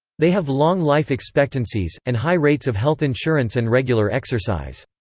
they have long life expectancies, and high rates of health insurance and regular exercise.